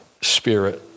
spirit